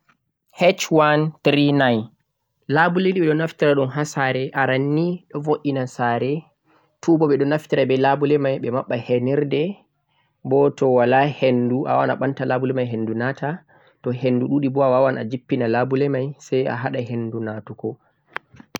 labule ni beh do naftira dhum ha saare aranni do vo'ina saare two boh bedo naftira be labule mai beh mabbe hemirde boh to wala hendu a wawan a mabta labule mai hendu nata to hendu duudi boh a wawa a jippina labule mai sai a hada hendu natugo